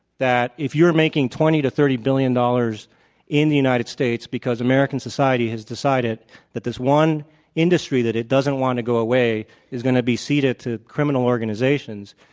that if you're making twenty thirty billion dollars in the united states because american society has decided that this one industry that it doesn't want to go away is going to be ceded to criminal organizations,